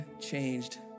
changed